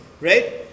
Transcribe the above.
right